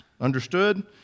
Understood